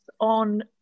on